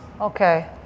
Okay